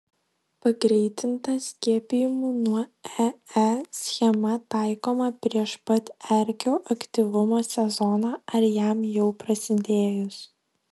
pagreitinta skiepijimų nuo ee schema taikoma prieš pat erkių aktyvumo sezoną ar jam jau prasidėjus